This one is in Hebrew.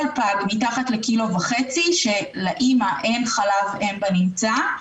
כל פג מתחת ל-1.5 קילו שלאימא אין חלב אם בנמצא,